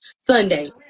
Sunday